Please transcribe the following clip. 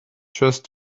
just